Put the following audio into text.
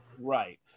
right